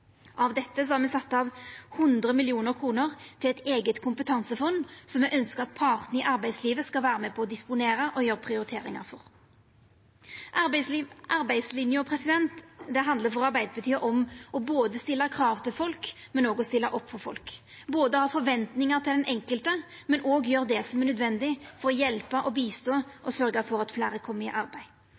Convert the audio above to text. Av dette har me sett av 100 mill. kr til eit eige kompetansefond som me ønskjer at partane i arbeidslivet skal vera med på å disponera og gjera prioriteringar for. Arbeidslinja handlar for Arbeidarpartiet om å stilla krav til folk, men òg å stilla opp for folk, om å ha forventningar til den enkelte, men òg å gjera det som er nødvendig for å hjelpa, støtta og sørgja for at fleire kjem i arbeid